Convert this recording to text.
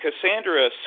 Cassandra